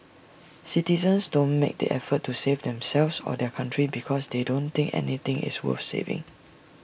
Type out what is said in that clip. citizens don't make the effort to save themselves or their country because they don't think anything is worth saving